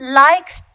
likes